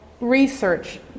research